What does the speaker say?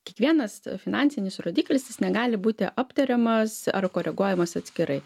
kiekvienas finansinis rodiklis jis negali būti aptariamas ar koreguojamas atskirai